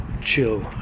chill